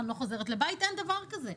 לבית אין דבר כזה.